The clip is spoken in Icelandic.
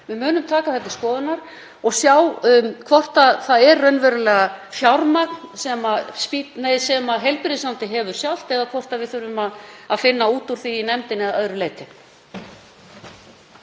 Við munum taka það til skoðunar og sjá hvort það er raunverulega fjármagn sem heilbrigðisráðuneytið hefur sjálft eða hvort við þurfum að finna út úr því í nefndinni að öðru leyti.